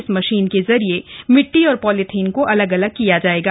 इस मशीन के जरिए मिट्टी और पॉलिथीन को अलग अलग किया जाएगा